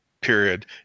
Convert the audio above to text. period